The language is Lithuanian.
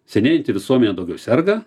senėjanti visuomenė daugiau serga